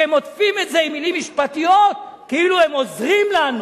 שהם עוטפים את זה עם מלים משפטיות כאילו הם עוזרים לנו.